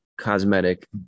cosmetic